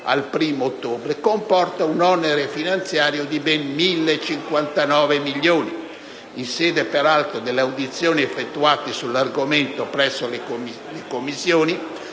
al 1° ottobre 2013 comporta un onere finanziario di ben 1.059 milioni. Peraltro in sede delle audizioni effettuate sull'argomento presso le Commissioni,